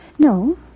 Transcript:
No